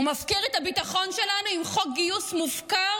הוא מפקיר את הביטחון שלנו עם חוק גיוס מופקר